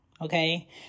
okay